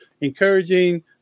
encouraging